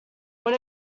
when